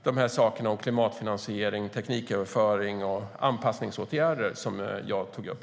Det gäller klimatfinansiering, tekniköverföring och anpassningsåtgärder, som jag tog upp.